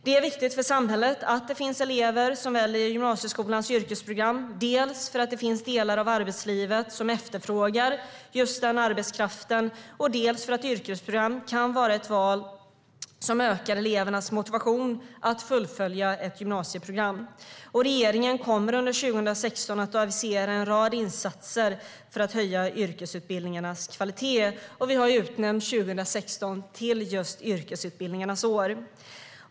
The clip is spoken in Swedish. Det är viktigt för samhället att det finns elever som väljer gymnasieskolans yrkesprogram, dels för att det finns delar av arbetslivet som efterfrågar just denna arbetskraft, dels för att yrkesprogram kan vara ett val som ökar elevernas motivation att fullfölja ett gymnasieprogram. Regeringen kommer under 2016 att avisera en rad insatser för att höja yrkesutbildningarnas kvalitet. Vi har utnämnt 2016 till just yrkesutbildningarnas år.